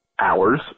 hours